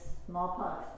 smallpox